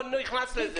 אני לא נכנס לזה.